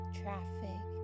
traffic